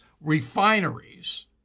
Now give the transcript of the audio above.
refineries